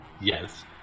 Yes